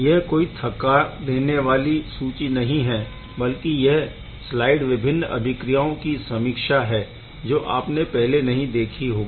यह कोई थकान देने वाली सूची नहीं है बल्कि यह स्लाइड विभिन्न अभिक्रियाओं कि समीक्षा है जो आपने पहले नहीं देखी होगी